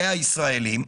והישראלים,